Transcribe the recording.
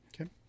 Okay